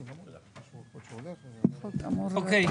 אוקיי.